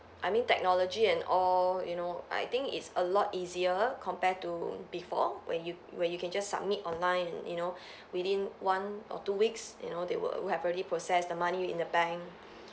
I mean technology and all you know I think it's a lot easier compare to before when you when you can just submit online and you know within one or two weeks you know they were would have already process the money in the bank